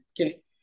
Okay